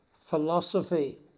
philosophy